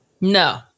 No